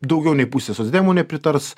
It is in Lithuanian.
daugiau nei pusė socdemų nepritars